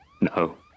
No